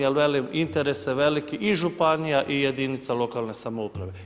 Jer velim interes je veliki i županija i jedinica lokalne samouprave.